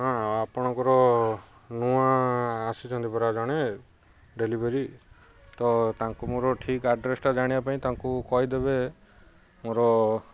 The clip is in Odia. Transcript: ହଁ ଆପଣଙ୍କର ନୂଆ ଆସିଛନ୍ତି ପରା ଜଣେ ଡେଲିଭରି ତ ତାଙ୍କୁ ମୋର ଠିକ୍ ଆଡ୍ରେସଟା ଜାଣିବା ପାଇଁ ତାଙ୍କୁ କହିଦେବେ ମୋର